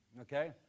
Okay